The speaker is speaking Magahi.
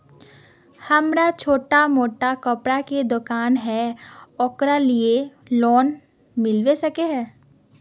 हमरा छोटो मोटा कपड़ा के दुकान है ओकरा लिए लोन मिलबे सके है?